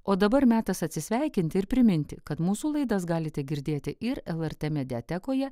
o dabar metas atsisveikinti ir priminti kad mūsų laidas galite girdėti ir lrt mediatekoje